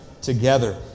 together